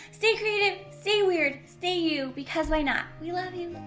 stay creative. stay weird stay you because why not? we love you.